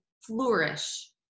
flourish